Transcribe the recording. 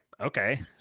okay